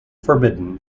forbidden